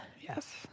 Yes